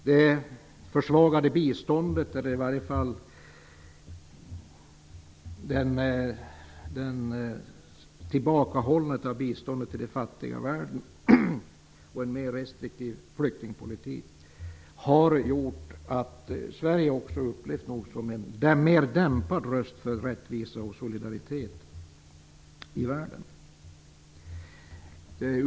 Det försvagade biståndet, eller i varje fall tillbakahållandet av biståndet, till den fattiga världen och en mera restriktiv flyktingpolitik har gjort att Sverige upplevs som en mera dämpad röst för rättvisa och solidaritet i världen.